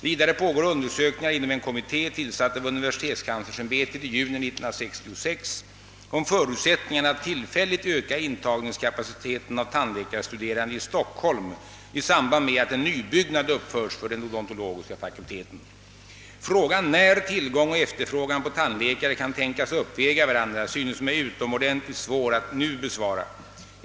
Vidare pågår undersökningar inom en kommitté, tillsatt av universitetskanslersämbetet i juni 1966, om förutsättningarna att tillfälligt öka intagningskapaciteten av tandläkarstuderande i Stockholm i samband med att en nybyggnad uppförs för den odontologiska fakulteten. Frågan när tillgång och efterfrågan på tandläkare kan tänkas uppväga varandra synes mig utomordentligt svår att nu besvara.